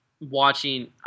watching